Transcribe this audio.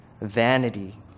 Vanity